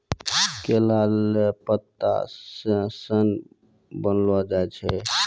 केला लो पत्ता से सन बनैलो जाय छै